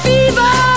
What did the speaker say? Fever